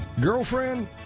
Girlfriend